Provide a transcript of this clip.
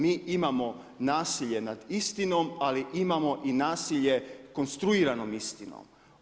Mi imamo nasilje nad istinom, ali imamo i nasilje konstruiranom istinom.